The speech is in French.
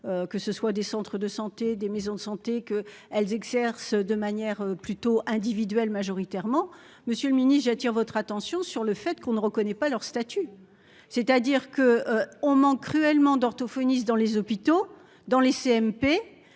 Que ce soit des centres de santé des maisons de santé que elles exercent de manière plutôt individuel majoritairement monsieur le mini j'attire votre attention sur le fait qu'on ne reconnaît pas leur statut, c'est-à-dire que on manque cruellement d'orthophonistes dans les hôpitaux, dans les CMP